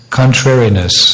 contrariness